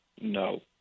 no